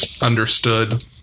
understood